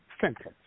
sentence